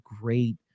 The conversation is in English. great